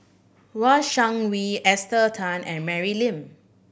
Shang Wei Esther Tan and Mary Lim